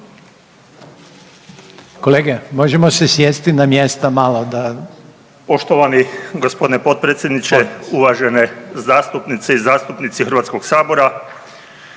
Kolege, možemo se sjesti na mjesta malo da…